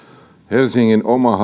helsingin oma